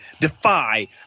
Defy